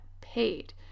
paid